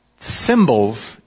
symbols